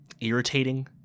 irritating